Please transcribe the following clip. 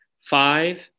Five